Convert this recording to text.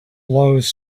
blows